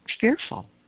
fearful